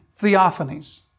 theophanies